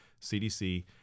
CDC